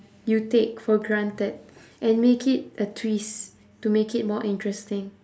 you take for granted and make it a twist to make it more interesting